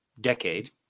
decade